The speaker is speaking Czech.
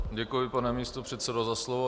Děkuji, pane místopředsedo, za slovo.